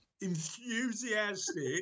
enthusiastic